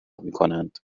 میکنند